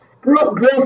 Growth